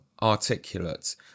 articulate